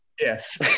Yes